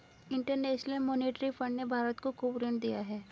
international monetary fund ने भारत को खूब ऋण दिया है